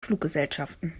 fluggesellschaften